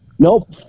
Nope